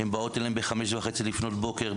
באות אליהן ב-5:30 לפנות בוקר,